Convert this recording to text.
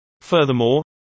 Furthermore